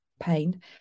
pain